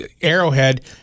Arrowhead